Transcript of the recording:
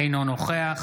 אינו נוכח